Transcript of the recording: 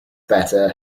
better